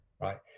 right